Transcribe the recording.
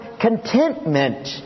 contentment